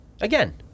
Again